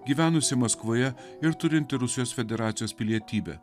gyvenusi maskvoje ir turinti rusijos federacijos pilietybę